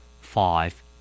Five